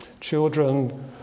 children